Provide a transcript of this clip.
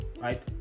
right